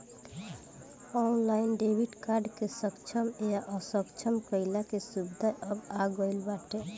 online debit card के सक्षम या असक्षम कईला के सुविधा अब आ गईल बाटे